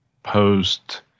post